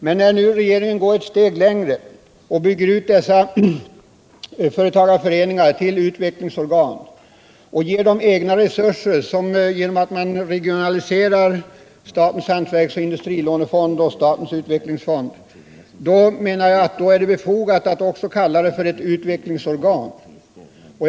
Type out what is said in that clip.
Men när nu regeringen går ett steg längre och bygger ut dessa företagareföreningar till utvecklingsorgan och ger dem egna resurser genom regionalisering av statens hantverksoch industrilånefond och statens utvecklingsfond är det befogat att kalla dem utvecklingsfonder.